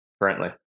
currently